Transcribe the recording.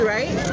right